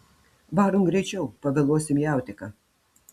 varom greičiau pavėluosim į autiką